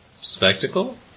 spectacle